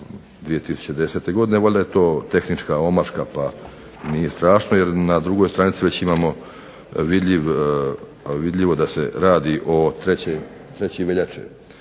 2010. godine, valjda je to tehnička omaška pa nije strašno jer na drugoj stranici već imamo vidljivo da se radi o 3. veljači